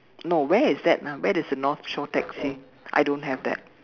no where is that ah where does the north shore taxi I don't have that